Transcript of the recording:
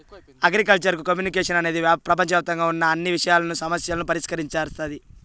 agricultural communication అనేది ప్రపంచవ్యాప్తంగా ఉన్న అన్ని విషయాలను, సమస్యలను పరిష్కరిస్తాది